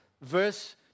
verse